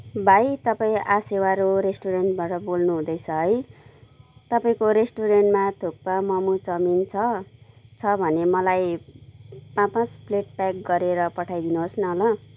भाइ तपाईँ आसिवारो रेस्टुरेन्टबाट बोल्नुहुँदैछ है तपाईँको रेस्टुरेन्टमा थुक्पा मोमो चाउमिन छ छ भने मलाई पाँच पाँच प्लेट प्याक गरेर पठाइदिनुहोस् न ल